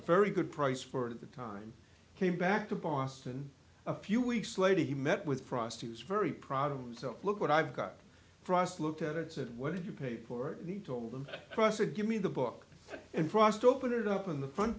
very good price for it at the time came back to boston a few weeks later he met with prostitutes very proud of himself look what i've got for us looked at it said what did you pay for it and he told them cross it give me the book and frost open it up in the front